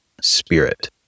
Spirit